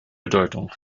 bedeutung